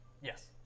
Yes